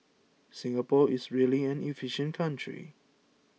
Singapore is really an efficient country